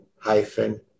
hyphen